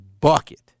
bucket